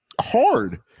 hard